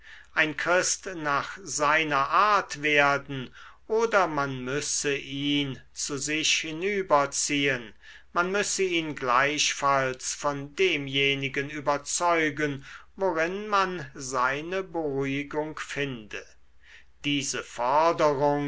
ein christ nach seiner art werden oder man müsse ihn zu sich hinüberziehen man müsse ihn gleichfalls von demjenigen überzeugen worin man seine beruhigung finde diese forderung